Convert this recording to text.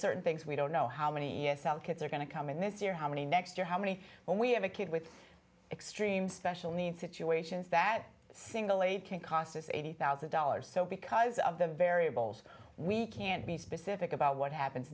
certain things we don't know how many s l kids are going to come in this year how many next year how many when we have a kid with extreme special needs situations that single aid can cost us eighty thousand dollars so because of the variables we can't be specific about what happens